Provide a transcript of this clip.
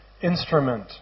instrument